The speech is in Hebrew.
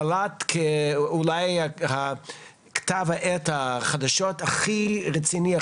הוא בלט כאולי כתב העת החדשות הכי רציני,